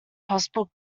possible